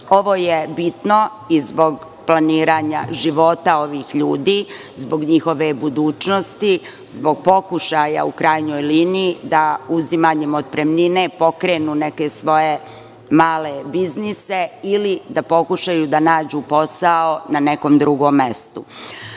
Ovo je bitno i zbog planiranja života ovih ljudi, zbog njihove budućnosti, zbog pokušaja u krajnjoj liniji, da uzimanjem otpremnine pokrenu neke svoje male biznise, ili da pokušaju da nađu posao na nekom drugom mestu. Drugo